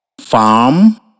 farm